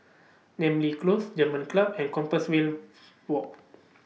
Namly Close German Club and Compassvale Walk